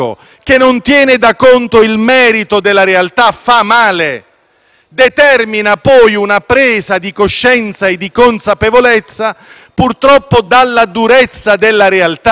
determina poi una presa di coscienza che nasce purtroppo dalla durezza della realtà. Vi ricordate i mesi del 2016,